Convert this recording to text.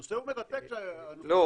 הנושא הוא מרתק --- לא,